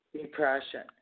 depression